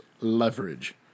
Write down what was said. leverage